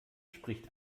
spricht